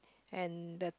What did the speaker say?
and the